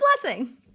blessing